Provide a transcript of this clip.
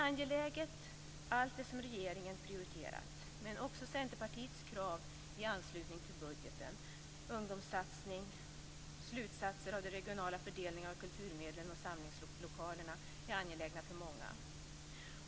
Allt det som regeringen prioriterat är angeläget, men också Centerpartiets krav i anslutning till budgeten - ungdomssatsning, slutsatser av den regionala fördelningen av kulturmedlen och samlingslokalerna - är angelägna för många.